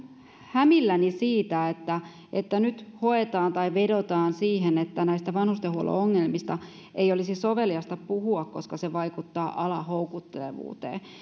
hämilläni siitä että että nyt hoetaan sitä tai vedotaan siihen että näistä vanhustenhuollon ongelmista ei olisi soveliasta puhua koska se vaikuttaa alan houkuttelevuuteen